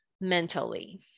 mentally